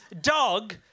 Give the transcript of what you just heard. dog